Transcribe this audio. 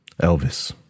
Elvis